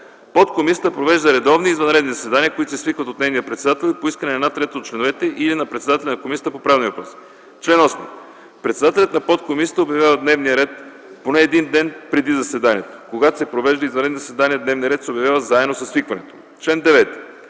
Подкомисията провежда редовни и извънредни заседания, които се свикват от нейния председател и по искане на една трета от членовете й или на председателя на Комисията по правни въпроси. Чл. 8. Председателят на подкомисията обявява дневния ред поне един ден преди заседанието. Когато се провеждат извънредни заседания дневният ред се обявява заедно със свикването им. Чл. 9.